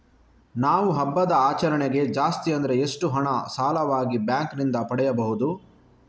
ನಾವು ಹಬ್ಬದ ಆಚರಣೆಗೆ ಜಾಸ್ತಿ ಅಂದ್ರೆ ಎಷ್ಟು ಹಣ ಸಾಲವಾಗಿ ಬ್ಯಾಂಕ್ ನಿಂದ ಪಡೆಯಬಹುದು?